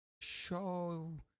show